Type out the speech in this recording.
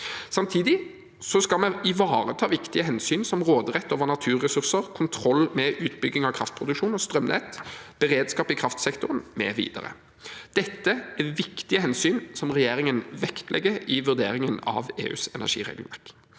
Samtidig skal vi ivareta viktige hensyn som råderett over naturressurser, kontroll med utbygging av kraftproduksjon og strømnett, beredskap i kraftsektoren, mv. Dette er viktige hensyn som regjeringen vektlegger i vurderingen av EUs energiregelverk.